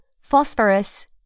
phosphorus